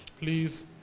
Please